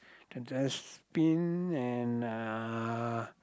then the spin and uh